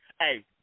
Hey